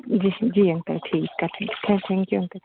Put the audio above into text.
जी जी अंकल ठीकु आहे ठीकु आहे पोइ ठीकु आहे थेंक्यू अंकल